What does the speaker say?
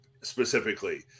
specifically